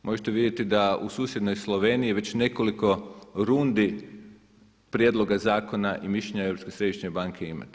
Možete vidjeti da u susjednoj Sloveniji već nekoliko rundi prijedloga zakona i mišljenja Europske središnje banke imate.